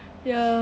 ya